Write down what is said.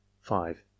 five